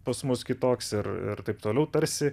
pas mus kitoks ir taip toliau tarsi